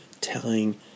telling